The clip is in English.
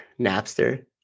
Napster